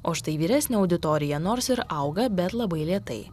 o štai vyresnė auditorija nors ir auga bet labai lėtai